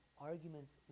arguments